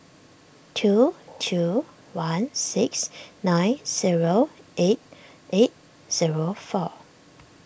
two two one six nine zero eight eight zero four